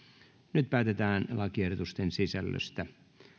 nyt päätetään lakiehdotusten sisällöstä